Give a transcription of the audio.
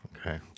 Okay